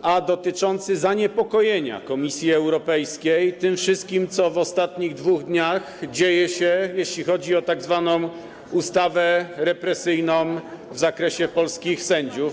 i dotyczył zaniepokojenia Komisji Europejskiej tym wszystkich, co w ostatnich dwóch dniach dzieje się, jeśli chodzi o tzw. ustawę represyjną w zakresie polskich sędziów.